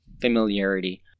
familiarity